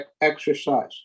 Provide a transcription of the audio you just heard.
exercise